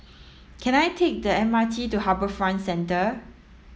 can I take the M R T to HarbourFront Centre